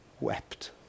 wept